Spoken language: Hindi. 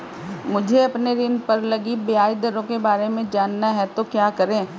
मुझे अपने ऋण पर लगी ब्याज दरों के बारे में जानना है तो क्या करें?